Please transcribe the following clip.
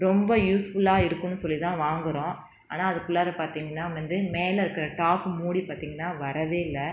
ரொம்ப யூஸ்ஃபுல்லாக இருக்கும்னு சொல்லி தான் வாங்குகிறோம் ஆனால் அதுக்குள்ளார பார்த்திங்கனா வந்து மேலே இருக்கிற டாப்பு மூடி பார்த்திங்கனா வரவே இல்லை